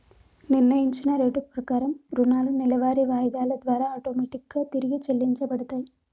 నిర్ణయించిన రేటు ప్రకారం రుణాలు నెలవారీ వాయిదాల ద్వారా ఆటోమేటిక్ గా తిరిగి చెల్లించబడతయ్